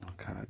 Okay